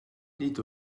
nid